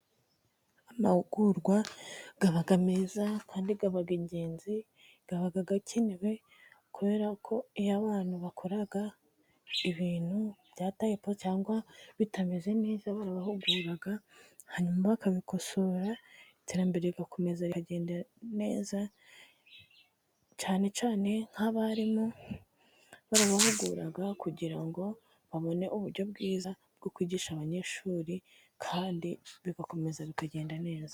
Amahugurwa aba meza kandi aba ingenzi aba akenewe, kubera ko iyo abantu bakora ibintu bya tayipo cyangwa bitameze neza, barabahugura hanyuma bakabikosora iterambere rigakomeza rikagenda neza, cyane cyane nk'abarimu barabahugura kugira ngo babone uburyo bwiza bwo kwigisha abanyeshuri, kandi bigakomeza bikagenda neza.